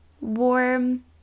warm